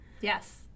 Yes